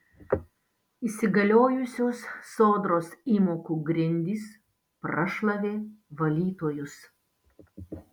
įsigaliojusios sodros įmokų grindys prašlavė valytojus